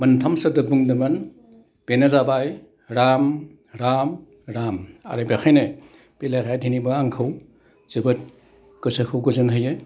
मोनथाम सोदोब बुंदोंमोन बेनो जाबाय राम राम राम आरो बेखायनो बे लेखाया दिनैबो आंखौ जोबोद गोसोखौ गोजोन होयो